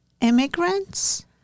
immigrants